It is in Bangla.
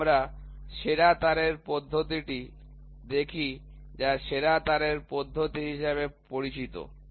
এসো আমরা সেরা তারের পদ্ধতিটি দেখি যা সেরা তারের পদ্ধতি হিসাবে পরিচিত